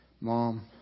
mom